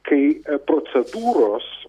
kai procedūros